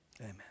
Amen